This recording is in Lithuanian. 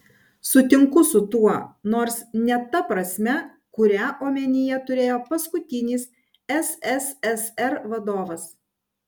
sutinku su tuo nors ne ta prasme kurią omenyje turėjo paskutinis sssr vadovas